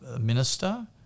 minister